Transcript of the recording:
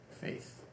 faith